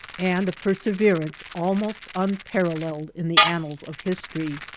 and a per severance almost unparalleled in the annals of history.